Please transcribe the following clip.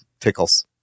tickles